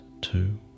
Two